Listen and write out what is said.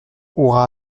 aura